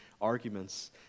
arguments